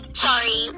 sorry